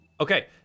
okay